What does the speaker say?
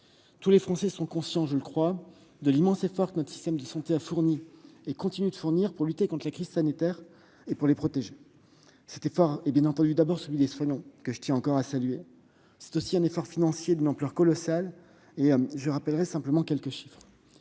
Tous les Français sont conscients, je le crois, de l'immense effort que notre système de santé a fourni et continue de fournir pour lutter contre la crise sanitaire et les protéger. Cet effort est bien entendu d'abord celui des soignants, que je tiens encore à saluer. C'est également un effort financier d'une ampleur colossale. Je rappellerai quelques chiffres